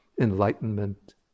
enlightenment